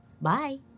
Bye